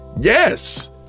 Yes